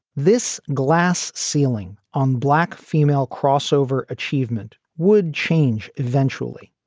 this glass ceiling on black female crossover achievement would change eventually.